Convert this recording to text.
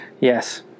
Yes